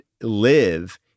live